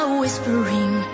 whispering